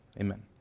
Amen